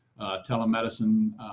telemedicine